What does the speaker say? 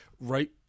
right